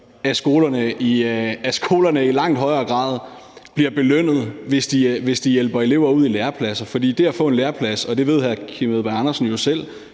at skolerne i langt højere grad bliver belønnet, hvis de hjælper elever ud i lærepladser. For det at få en læreplads, og det ved hr. Kim Edberg Andersen jo selv,